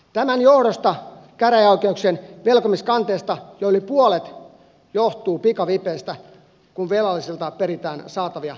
tämän johdosta käräjäoikeuksien velkomiskanteista jo yli puolet johtuu pikavipeistä kun velallisilta peritään saatavia oikeusteitse